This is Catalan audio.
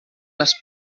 les